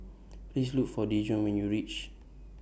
Please Look For Dejuan when YOU REACH